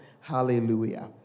Hallelujah